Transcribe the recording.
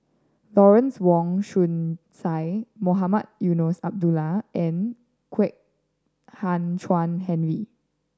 Lawrence Wong Shyun Tsai Mohamed Eunos Abdullah and Kwek Hian Chuan Henry